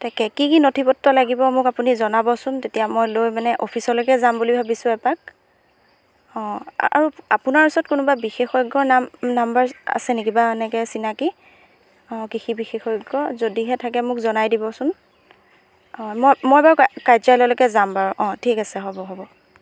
তাকে কি কি নথিপত্ৰ লাগিব মোক আপুনি জনাবচোন তেতিয়া মই লৈ মানে অফিচলৈকে যাম বুলি ভাবিছোঁ এপাক অঁ আৰু আপোনাৰ ওচৰত কোনোবা বিশেষজ্ঞৰ নাম নম্বৰ আছে নেকি বা এনেকৈ চিনাকি অঁ কৃষি বিশেষজ্ঞ যদিহে থাকে মোক জনাই দিবচোন অঁ মই মই বাৰু কাৰ্যালয়লৈকে যাম বাৰু অঁ ঠিক আছে হ'ব হ'ব